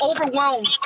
overwhelmed